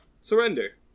surrender